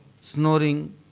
snoring